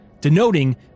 denoting